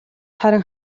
харин